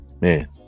man